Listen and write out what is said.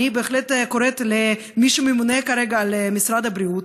אני בהחלט קוראת למי שממונה כרגע על משרד הבריאות,